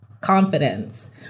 confidence